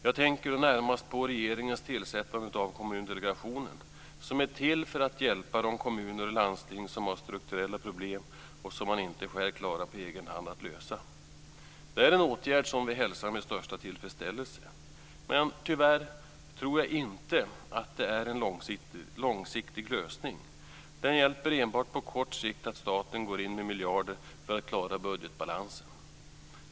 Jag tänker närmast på regeringens tillsättande av Kommundelegationen, som är till för att hjälpa de kommuner och landsting som har strukturella problem och som de inte själva klarar på egen hand att lösa. Det är en åtgärd som vi hälsar med största tillfredsställelse. Men tyvärr tror jag inte att det är en långsiktig lösning. Det hjälper enbart på kort sikt att staten in med miljarder för att klara budgetbalansen.